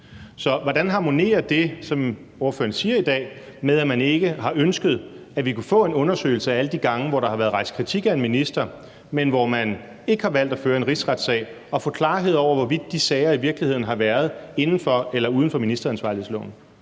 Hvordan harmonerer det, som ordføreren siger i dag, med, at man ikke har ønsket, at vi kunne få en undersøgelse af alle de gange, hvor der har været rejst kritik af en minister, men hvor man ikke har valgt at føre en rigsretssag og få klarhed over, hvorvidt de sager i virkeligheden har været inden for eller uden for ministeransvarlighedsloven?